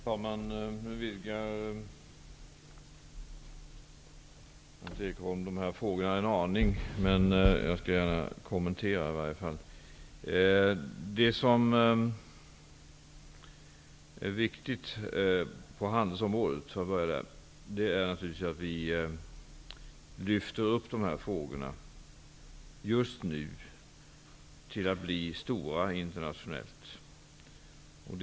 Herr talman! Nu vidgar Berndt Ekholm dessa frågor en aning. Men jag skall gärna kommentera dem i alla fall. Låt mig börja på handelsområdet. Där är det viktigt att vi lyfter upp dessa frågor till att bli stora internationellt just nu.